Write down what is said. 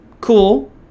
Cool